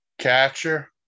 Catcher